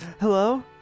Hello